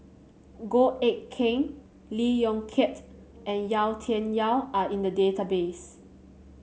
Goh Eck Kheng Lee Yong Kiat and Yau Tian Yau are in the database